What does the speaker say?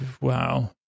Wow